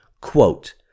quote